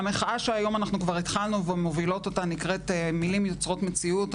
המחאה שכבר התחלנו ואנחנו מובילות אותה נקראת: מילים יוצרות מציאות.